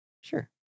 Sure